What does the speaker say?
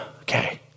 okay